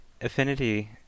affinity